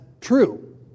true